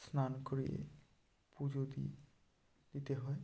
স্নান করিয়ে পুজো দিই দিতে হয়